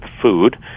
food